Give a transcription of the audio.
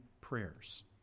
prayers